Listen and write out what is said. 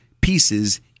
pieces